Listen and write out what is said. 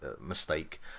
mistake